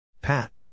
Pat